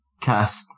cast